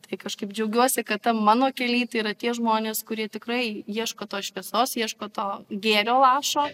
tai kažkaip džiaugiuosi kad tam mano kely tai yra tie žmonės kurie tikrai ieško tos šviesos ieško to gėrio lašo